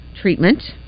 treatment